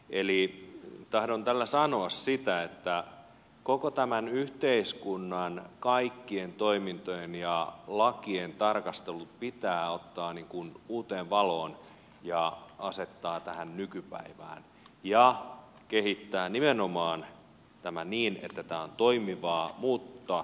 eli tahdon tällä sanoa sitä että koko tämän yhteiskunnan kaikkien toimintojen ja lakien tarkastelut pitää ottaa uuteen valoon ja asettaa nykypäivään ja kehittää nimenomaan tämä niin että tämä on toimivaa mutta turvallista